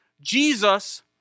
Jesus